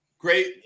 great